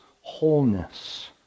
wholeness